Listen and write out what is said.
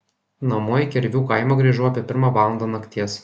namo į kervių kaimą grįžau apie pirmą valandą nakties